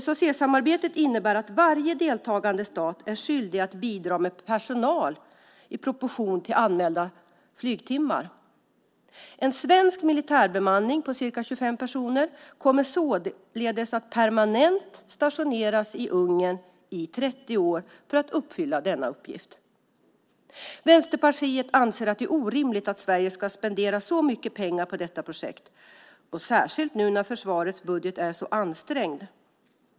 SAC-samarbetet innebär att varje deltagande stat är skyldig att bidra med personal i proportion till anmälda flygtimmar. En svensk militärbemanning på ca 25 personer kommer således att permanent stationeras i Ungern i 30 år för att uppfylla denna uppgift. Vänsterpartiet anser att det är orimligt att Sverige ska spendera så mycket pengar på detta projekt, särskilt nu när försvarets budget är så ansträngd.